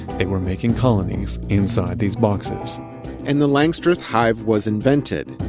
they were making colonies inside these boxes and the langstroth hive was invented.